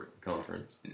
conference